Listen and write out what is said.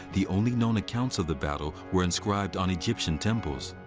the only known accounts of the battle were inscribed on egyptian temples.